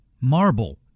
marble